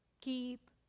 keep